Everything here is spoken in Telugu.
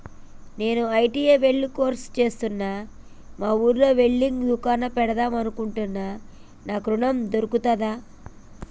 నేను ఐ.టి.ఐ వెల్డర్ కోర్సు చేశ్న మా ఊర్లో వెల్డింగ్ దుకాన్ పెడదాం అనుకుంటున్నా నాకు ఋణం దొర్కుతదా?